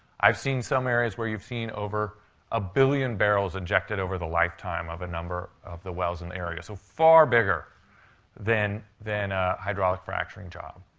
i've seen some areas where you've seen over a billion barrels injected over the lifetime of a number of the wells in an area. so far bigger than than a hydraulic fracturing job.